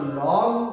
long